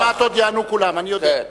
עוד מעט יענו כולם, אני יודע.